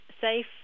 safe